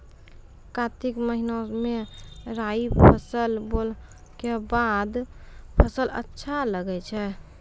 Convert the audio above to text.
कार्तिक महीना मे राई फसल बोलऽ के बाद फसल अच्छा लगे छै